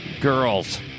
girls